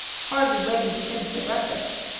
hardly waiting to finish their breakfast.